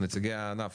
נציגי הענף,